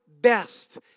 best